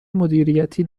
مدیریتی